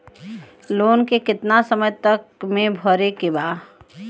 Loan के कितना समय तक मे भरे के बा?